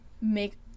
make